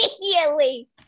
immediately